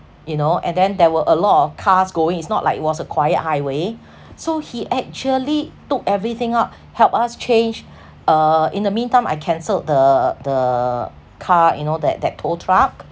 you know and then there were a lot of cars going it's not like it was a quiet highway so he actually took everything out help us change uh in the meantime I cancelled the the car you know that that tow truck